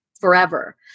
forever